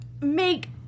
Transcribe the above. make